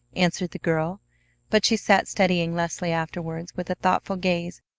answered the girl but she sat studying leslie afterwards with a thoughtful gaze,